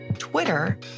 Twitter